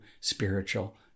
spiritual